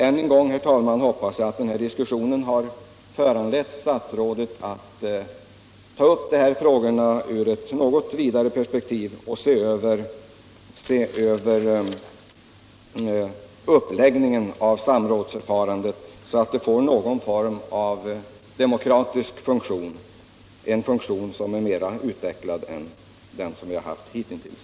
Än en gång, herr talman, hoppas jag att den här diskussionen kommer att föranleda statsrådet att ta upp dessa frågor ur ett något vidare perspektiv och se över uppläggningen av samrådsförfarandet, så att det får någon form av demokratisk funktion, en funktion som är mera utvecklad än den som vi har haft hitintills.